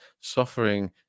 suffering